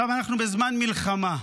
עכשיו, אנחנו בזמן מלחמה.